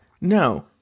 no